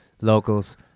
locals